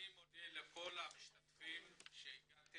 אני מודה לכל המשתתפים שהגעתם.